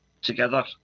together